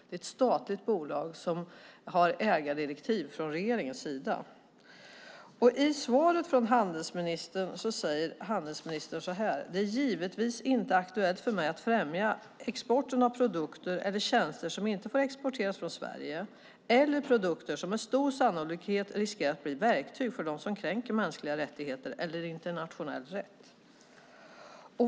Det är ett statligt bolag som har ägardirektiv från regeringens sida. I svaret från handelsministern säger ministern: "Det är givetvis inte aktuellt för mig att främja exporten av produkter eller tjänster som inte får exporteras från Sverige eller produkter som med stor sannolikhet riskerar att bli till verktyg för dem som kränker mänskliga rättigheter eller internationell rätt."